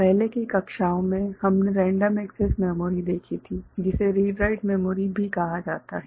पहले की कक्षाओं में हमने रैंडम एक्सेस मेमोरी देखी थी जिसे रीड राइट मेमोरी भी कहा जाता है